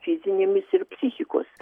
fizinėmis ir psichikos